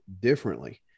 differently